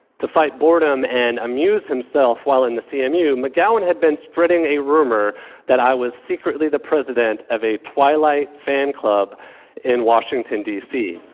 to fight boredom and amuse himself while in the cmu, mcgowan had been spreading a rumor that i was secretly the president of a twilight fan club in washington, dc